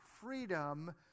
freedom